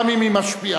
גם אם היא משפיעה.